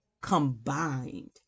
Combined